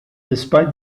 despite